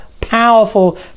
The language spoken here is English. powerful